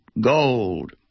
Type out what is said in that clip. gold